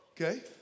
Okay